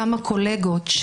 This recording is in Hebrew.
כמה קולגות,